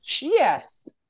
Yes